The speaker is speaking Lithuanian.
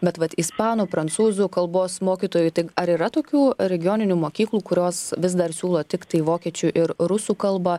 bet vat ispanų prancūzų kalbos mokytojų tai ar yra tokių regioninių mokyklų kurios vis dar siūlo tiktai vokiečių ir rusų kalbą